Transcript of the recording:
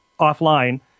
offline